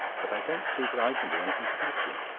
but i don't see that i can do anything to help you.